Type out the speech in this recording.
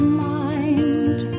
mind